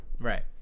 Right